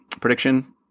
prediction